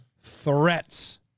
threats